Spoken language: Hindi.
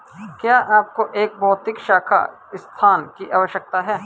क्या आपको एक भौतिक शाखा स्थान की आवश्यकता है?